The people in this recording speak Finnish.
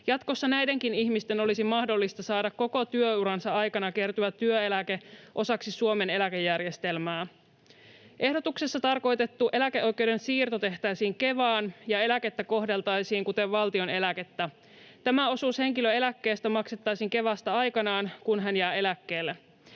Jatkossa näidenkin ihmisten olisi mahdollista saada koko työuransa aikana kertyvä työeläke osaksi Suomen eläkejärjestelmää. Ehdotuksessa tarkoitettu eläkeoikeuden siirto tehtäisiin Kevaan, ja eläkettä kohdeltaisiin kuten valtion eläkettä. Tämä osuus henkilön eläkkeestä maksettaisiin Kevasta aikanaan, kun hän jää eläkkeelle.